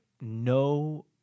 no